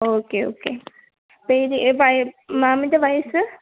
okay okay പേര് വയ മാമിൻറെ വയസ്സ്